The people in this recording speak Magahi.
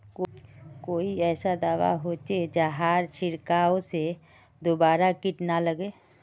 कोई ऐसा दवा होचे जहार छीरकाओ से दोबारा किट ना लगे?